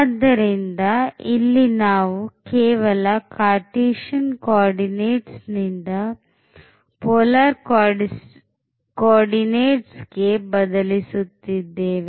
ಆದ್ದರಿಂದ ಇಲ್ಲಿ ನಾವು ಕೇವಲ Cartesian coordinates ಇಂದ polar coordinates ಗೆ ಬದಲಿಸುತ್ತಿದ್ದೇವೆ